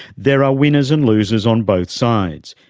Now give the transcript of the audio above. there are winners and losers on both sides.